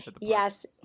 Yes